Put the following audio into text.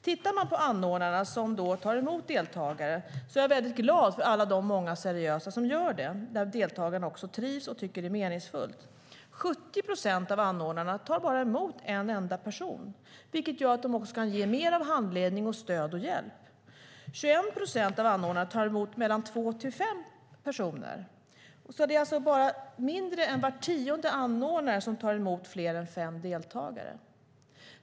Jag är väldigt glad för de många seriösa anordnare som tar emot deltagare. Där trivs deltagarna och tycker att det är meningsfullt. 70 procent av anordnarna tar bara emot en enda person, vilket gör att de också kan ge mer av handledning, stöd och hjälp. 21 procent av anordnarna tar emot mellan två och fem personer. Det är mindre än var tionde anordnare som tar emot fler än fem deltagare.